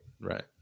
right